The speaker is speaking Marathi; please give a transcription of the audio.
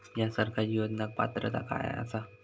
हया सरकारी योजनाक पात्रता काय आसा?